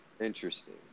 Interesting